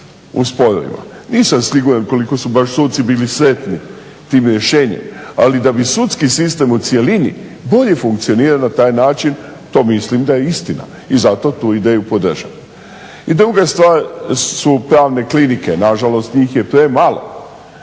u sporovima. Nisam siguran koliko su baš suci bili sretni tim rješenjem, ali da bi sudski sistem u cjelini bolje funkcionirao na taj način, to mislim da je istina i zato tu ideju podržavam. I druga stvar su pravne klinike. Nažalost njih je premalo,